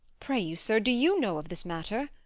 pray you, sir, do you know of this matter?